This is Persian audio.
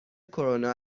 کرونا